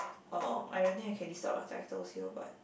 oh I don't think I can list out the titles here but